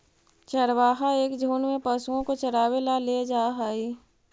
चरवाहा एक झुंड में पशुओं को चरावे ला ले जा हई